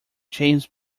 james